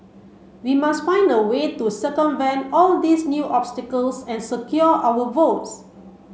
we must find a way to circumvent all these new obstacles and secure our votes